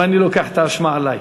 אבל אני לוקח את האשמה עלי.